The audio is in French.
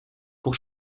pour